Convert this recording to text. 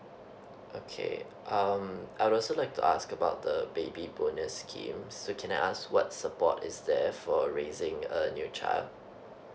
okay um I would also like to ask about the baby bonus scheme so can I ask what support is there for raising a new child